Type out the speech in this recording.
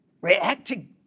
reacting